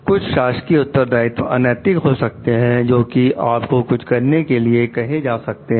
कुछ शासकीय उत्तरदायित्व अनैतिक हो सकते हैं जो कि आपको कुछ करने के लिए कहे जा सकते हैं